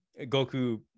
goku